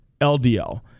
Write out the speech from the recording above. LDL